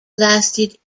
lasted